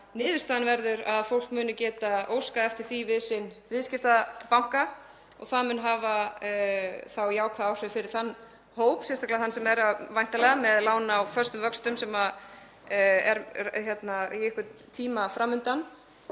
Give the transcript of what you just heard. niðurstaðan verður að fólk muni geta óskað eftir því við sinn viðskiptabanka. Það mun þá hafa jákvæð áhrif fyrir þann hóp, sérstaklega fyrir þann sem er með lán á föstum vöxtum í einhvern tíma fram undan.